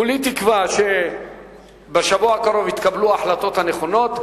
כולי תקווה שבשבוע הקרוב יתקבלו ההחלטות הנכונות,